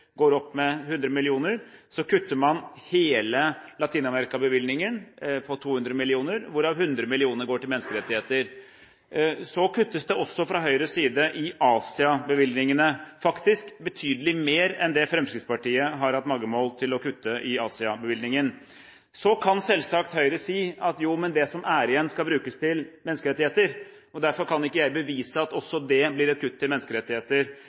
går opp med 100 mill. kr, kutter man hele Latin-Amerika-bevilgningen på 200 mill. kr, hvorav 100 mill. kr går til menneskerettigheter. Så kuttes det også fra Høyres side i Asia-bevilgningene, faktisk betydelig mer enn det Fremskrittspartiet har hatt magemål til å kutte i Asia-bevilgningen. Så kan selvsagt Høyre si at det som er igjen, skal brukes til menneskerettigheter. Derfor kan ikke jeg bevise at også det blir et kutt til menneskerettigheter.